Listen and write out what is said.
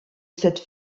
cette